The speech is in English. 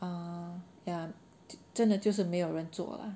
err ya 真的就是没有人坐 lah